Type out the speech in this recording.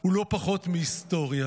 הוא לא פחות מהיסטוריה.